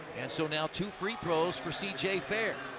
and so now two free throws for c j. fair